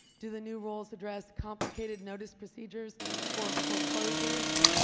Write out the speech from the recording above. do the new rules address complicated notice procedures for foreclosures?